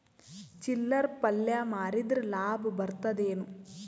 ಚಿಲ್ಲರ್ ಪಲ್ಯ ಮಾರಿದ್ರ ಲಾಭ ಬರತದ ಏನು?